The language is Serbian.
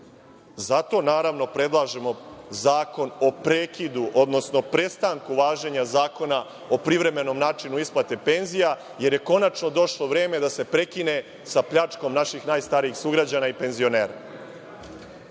Zato, naravno, predlažemo zakon o prekidu, odnosno prestanku važenja Zakona o privremenom načinu isplate penzija, jer je konačno došlo vreme da se prekine sa pljačkom naših najstarijih sugrađana i penzionera.